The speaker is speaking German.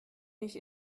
nicht